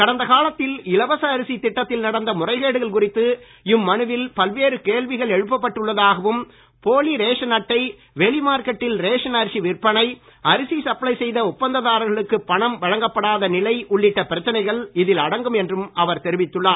கடந்தகாலத்தில் இலவச அரிசி திட்டத்தில் நடந்த முறைகேடுகள் குறித்து இம்மனுவில் பல்வேறு கேள்விகள் எழுப்பப்பட்டு உள்ளதாகவும் போலி ரேஷன் அட்டை வெளிமார்க்கெட்டில் ரேஷன் அரிசி விற்பனை அரிசி சப்ளை செய்த ஒப்பந்ததாரர்களுக்கு பணம் வழங்கப்படாத நிலை உள்ளிட்ட பிரச்சினைகள் இதில் அடங்கும் என்றும் அவர் தெரிவித்துள்ளார்